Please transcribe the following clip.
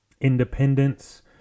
independence